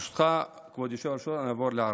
ברשותך, כבוד היושב-ראש, אעבור לערבית.